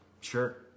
Sure